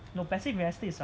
no passive investor is like